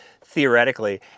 theoretically